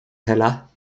hela